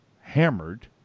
hammered